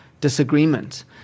disagreement